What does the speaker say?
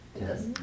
Yes